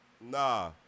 Nah